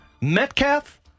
Metcalf